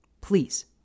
please